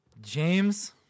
James